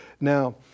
Now